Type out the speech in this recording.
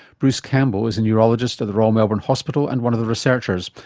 bruce campbell is a neurologist at the royal melbourne hospital and one of the researchers,